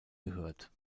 gehört